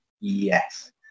yes